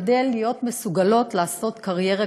כדי שנהיה מסוגלות לעשות קריירה,